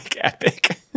epic